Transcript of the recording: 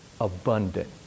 abundant